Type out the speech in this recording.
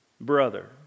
brother